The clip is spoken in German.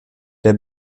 der